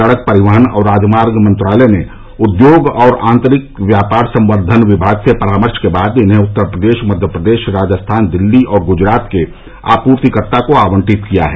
सड़क परिवहन और राजमार्ग मंत्रालय ने उद्योग और आंतरिक व्यापार संवर्धन विभाग से परामर्श के बाद इन्हें उत्तर प्रदेश मध्य प्रदेश राजस्थान दिल्ली और गुजरात के आपूर्तिकर्ता को आवंटित किया है